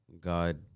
God